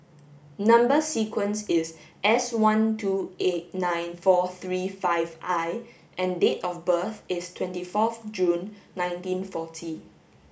number sequence is S one two eight nine four three five I and date of birth is twenty fourth June nineteen forty